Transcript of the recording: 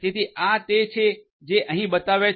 તેથી આ તે છે જે અહીં બતાવ્યા છે